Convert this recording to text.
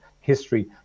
history